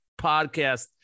podcast